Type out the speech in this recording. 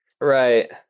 Right